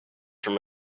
from